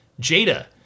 Jada